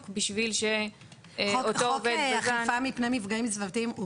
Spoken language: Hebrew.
בשביל שאותו עובד בז"ן --- חוק אכיפה מפני מפגעים סביבתיים הוא